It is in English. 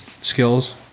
skills